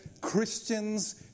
Christians